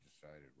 decided